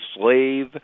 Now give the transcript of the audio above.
slave